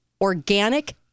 Organic